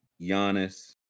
Giannis